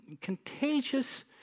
contagious